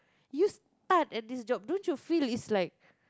you start at this job don't you feel is like